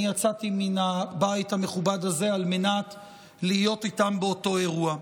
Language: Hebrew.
אני יצאתי מן הבית המכובד הזה על מנת להיות איתם באותו אירוע.